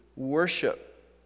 worship